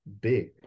big